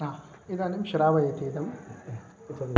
इदानीं श्रावयति इदं